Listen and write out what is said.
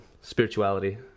spirituality